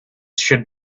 should